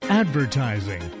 Advertising